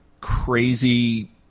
crazy